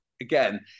again